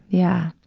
yeah.